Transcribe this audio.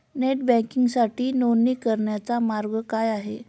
Net बँकिंगसाठी नोंदणी करण्याचा मार्ग काय आहे?